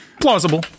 plausible